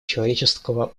человеческого